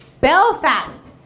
Belfast